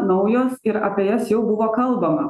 naujos ir apie jas jau buvo kalbama